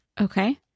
Okay